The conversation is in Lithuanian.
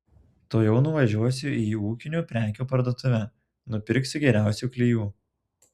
tuojau nuvažiuosiu į ūkinių prekių parduotuvę nupirksiu geriausių klijų